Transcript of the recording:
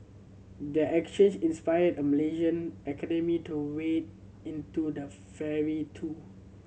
their exchange inspired a Malaysian academic to wade into the fray too